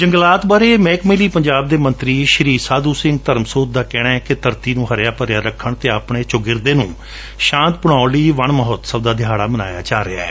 ਜੰਗਲਾਤ ਬਾਰੇ ਮਹਿਕਮੇ ਲਈ ਪੰਜਾਬ ਦੇ ਮੰਤਰੀ ਸ਼੍ਰੀ ਸਾਧੁ ਸਿੰਘ ਧਰਮਸੋਤ ਦਾ ਕਹਿਣੈ ਕਿ ਧਰਤੀ ਨੰ ਹਰਿਆ ਭਰਿਆ ਰੱਖਣ ਅਤੇ ਆਪਣੇ ਚੌਗਿਰਦੇ ਨੂੰ ਸ਼ਾਂਤ ਬਣਾਉਣ ਲਈ ਵਣ ਮਹਾਉਤਸਵ ਦਾ ਦਿਹਾੜਾ ਮਨਾਇਆ ਜਾ ਰਿਹੈ